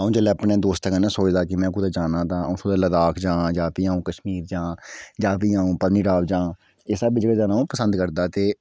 अ'ऊं जेल्लै अपने दोस्तें कन्नै सोचदा के में कुतै जाना ते अ'ऊं सोचना लदाख जां जा फ्ही अ'ऊं कश्मीर जां जां फ्ही अ'ऊं पतनीटाप जां एह् सब जगह् जाना अ'ऊं पसंद करदा ते